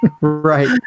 Right